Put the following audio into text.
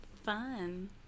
fun